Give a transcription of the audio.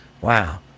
wow